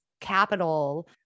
capital